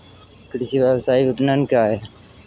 कृषि व्यवसाय विपणन क्या है?